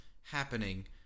happening